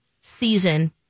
season